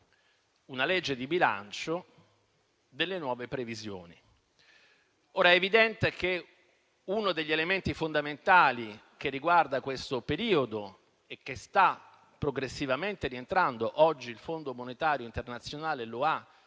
la legge di bilancio con nuove previsioni. È evidente che uno degli elementi fondamentali di questo periodo, e che sta progressivamente rientrando - oggi il Fondo monetario internazionale lo ha